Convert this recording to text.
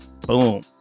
Boom